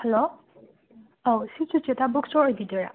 hello ꯑꯥꯎ ꯁꯤ Sucheta book store ꯑꯣꯏꯕꯤꯗꯣꯏꯔꯥ